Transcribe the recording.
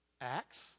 Acts